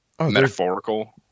Metaphorical